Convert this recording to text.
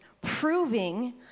proving